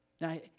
Now